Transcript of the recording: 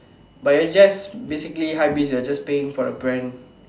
but it's just basically hypebeast you're just paying for a brand